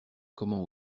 comment